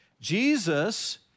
Jesus